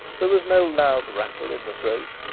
there was no loud rattle in the throat,